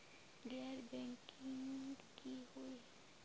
गैर बैंकिंग की हुई है?